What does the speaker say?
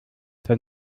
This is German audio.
der